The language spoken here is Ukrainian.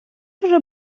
вже